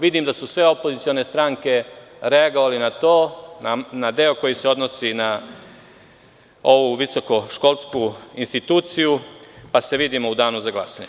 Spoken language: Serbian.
Vidim da su sve opozicione stranke reagovale na to, na deo koji se odnosi na ovu visokoškolsku instituciju, pa se vidimo u danu za glasanje.